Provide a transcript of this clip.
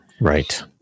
Right